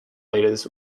leaders